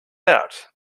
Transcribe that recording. out